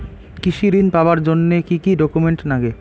কৃষি ঋণ পাবার জন্যে কি কি ডকুমেন্ট নাগে?